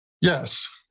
Yes